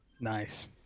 Nice